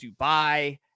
Dubai